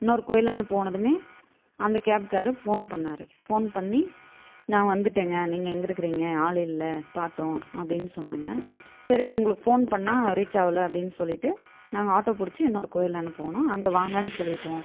இன்னொரு கோயிலாண்ட போனதுமே அந்த கேப்காரரு ஃபோன் பண்ணார் ஃபோன் பண்ணி நான் வந்துவிட்டேங்க நீங்கள் எங்கே இருக்கிறீங்க ஆள் இல்லை பார்த்தோம் அப்படின் சொன்னாங்க சரி உங்களுக்கு ஃபோன் பண்ணிணோம் ரீச் ஆகல அப்படின் சொல்லிவிட்டு நாங்கள் ஆட்டோ பிடிச்சி இன்னொரு கோயிலாண்ட போனோம் அங்கே வாங்கன்னு சொல்லிவிட்டோம்